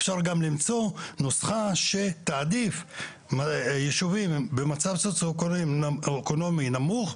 אפשר גם למצוא נוסחה שתעדיף יישובים במצב סוציואקונומי נמוך,